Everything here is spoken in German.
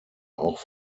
auch